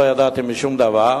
לא ידעתי שום דבר,